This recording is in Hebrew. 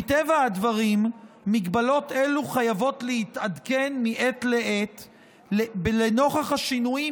מטבע הדברים מגבלות אלו חייבות להתעדכן מעת לעת לנוכח השינויים